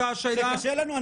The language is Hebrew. שקשה לנו?